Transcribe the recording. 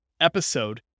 episode